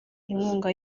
inkunga